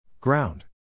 Ground